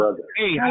Hey